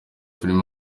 filime